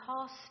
cost